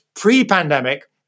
pre-pandemic